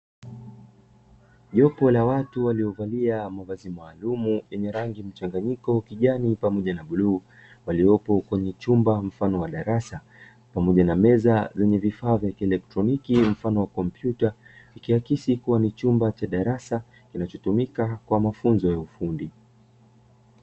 Jopo la watu waliovalia mavazi maalumu yenye rangi mchanganyiko kijani pamoja na bluu waliopo kwenye chumba mfano wa darasa pamoja na meza zenye vifaa vya kielektroniki mfano wa kompyuta ikiakisi kuwa ni chumba cha darasa kinachotumika kwa mafunzo ya ufundi.